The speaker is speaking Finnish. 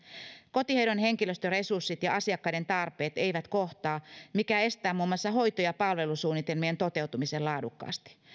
kotihoidon henkilöstöresurssit ja asiakkaiden tarpeet eivät kohtaa mikä estää muun muassa hoito ja palvelusuunnitelmien toteutumisen laadukkaasti